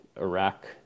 Iraq